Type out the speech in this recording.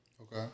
Okay